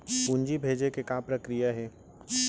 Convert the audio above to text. पूंजी भेजे के का प्रक्रिया हे?